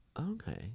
Okay